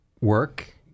work